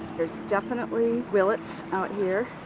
there's definitely willets out here,